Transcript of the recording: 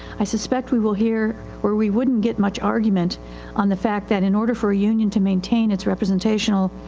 i suspect we will hear where we wouldnit get much argument on the fact that in order for a union to maintain its representational,